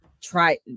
try